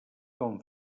com